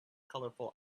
colorful